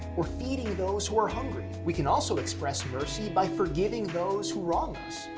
or feeding those who are hungry. we can also express mercy by forgiving those who wrong us,